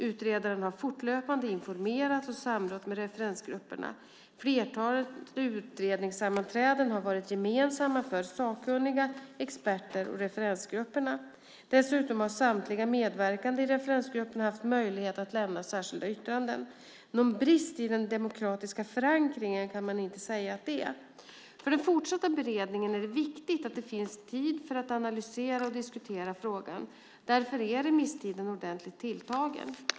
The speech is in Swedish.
Utredaren har fortlöpande informerat och samrått med referensgrupperna. Flertalet utredningssammanträden har varit gemensamma för sakkunniga, experter och referensgrupperna. Dessutom har samtliga medverkande i referensgrupperna haft möjlighet att avlämna särskilda yttranden. Någon brist i den demokratiska förankringen kan man inte säga att det är. För den fortsatta beredningen är det viktigt att det finns tid för att analysera och diskutera frågan. Därför är remisstiden ordentligt tilltagen.